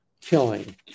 killing